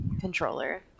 controller